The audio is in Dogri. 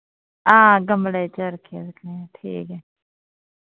हां गमले च रक्खियां रक्खियां ठीक ऐ